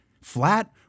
Flat